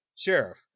Sheriff